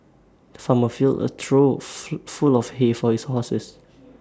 the farmer filled A trough full of hay for his horses